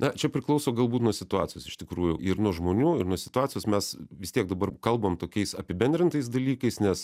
na čia priklauso galbūt nuo situacijos iš tikrųjų ir nuo žmonių ir nuo situacijos mes vis tiek dabar kalbam tokiais apibendrintais dalykais nes